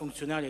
פונקציונלית,